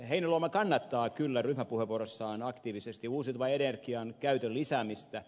heinäluoma kannattaa kyllä ryhmäpuheenvuorossaan aktiivisesti uusiutuvan energian käytön lisäämistä